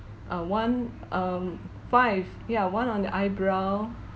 uh one um five ya one on the eyebrow